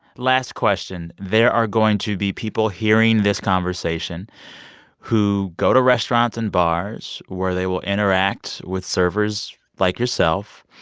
last question there are going to be people hearing this conversation who go to restaurants and bars where they will interact with servers like yourself.